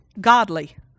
godly